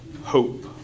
hope